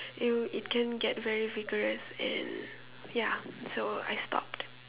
it it can get very vigorous and ya so I stop